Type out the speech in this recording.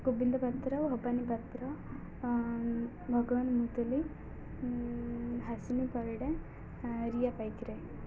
Gobinda Patra Bhabani Patra Bhagaban Muduli Hasani Parida Riya Paikray